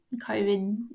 COVID